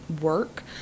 work